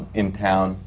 in town.